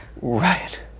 Right